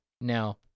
Now